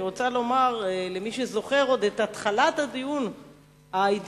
אני רוצה לומר למי שעוד זוכר את התחלת הדיון האידיאולוגי